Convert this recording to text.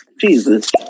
Jesus